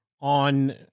on